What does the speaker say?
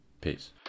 Peace